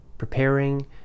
Preparing